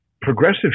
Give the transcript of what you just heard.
Progressive